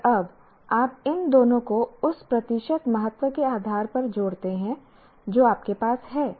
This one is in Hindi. और अब आप इन दोनों को उस प्रतिशत महत्व के आधार पर जोड़ते हैं जो आपके पास है